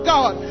God